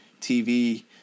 TV